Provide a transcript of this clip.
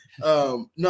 No